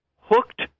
hooked